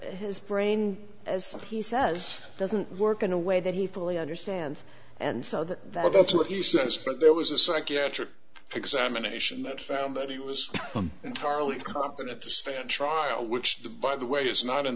his brain as he says doesn't work in a way that he fully understands and so that that's what he says but there was a psychiatric examination that found that he was entirely competent to stand trial which by the way is not in